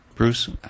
Bruce